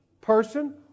person